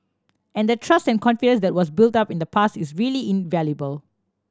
and the trust and confidence that was built up in the past is really invaluable